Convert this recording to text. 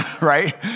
right